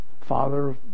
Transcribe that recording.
Father